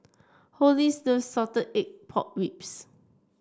Hollis loves Salted Egg Pork Ribs